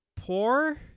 poor